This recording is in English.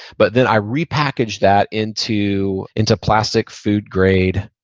but then i repackage that into into plastic food-grade,